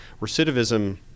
Recidivism